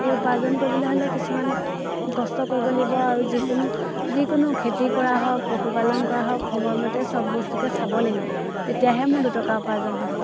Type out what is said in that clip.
সেই উপাৰ্জন কৰিবলৈ হ'লে কিছুমান কষ্ট কৰিব লাগিব আৰু যিকোনো যিকোনো খেতি কৰা হওক পশুপালন কৰা হওক সময়মতে চব বস্তুকে চাব লাগিব তেতিয়াহে মোৰ দুটকা উপাৰ্জন হ'ব